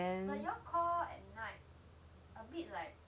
and then